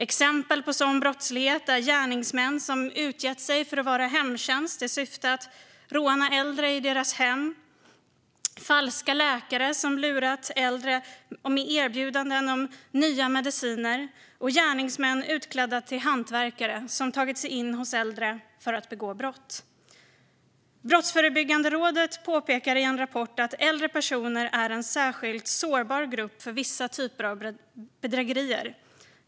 Exempel på sådan brottslighet är att man i syfte att råna äldre i deras hem utgett sig för att komma från hemtjänsten, falska läkare som lurat äldre med erbjudanden om nya mediciner och gärningsmän utklädda till hantverkare. Brottsförebyggande rådet påpekar i en rapport att äldre personer är en särskilt sårbar grupp för vissa typer av bedrägerier.